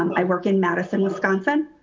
um i work in madison, wisconsin,